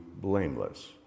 blameless